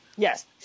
Yes